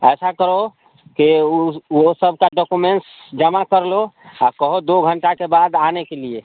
ऐसा करो कि ऊ वह सबका डॉकोमेंट्स जमा कर लो आ कहो दो घंटे के बाद आने के लिए